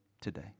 today